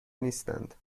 نیستند